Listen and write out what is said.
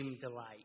delight